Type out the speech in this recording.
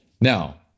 Now